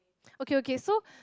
okay okay so